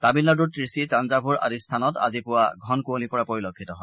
তামিলনাডুৰ ট্টাচি তাঞ্জাভুৰ আদি স্থানত আজি পুৱা ঘন কুঁৱলী পৰা পৰিলক্ষিত হয়